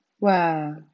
wow